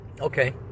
okay